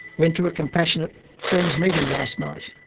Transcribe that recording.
went to a compassionate friends meeting last night.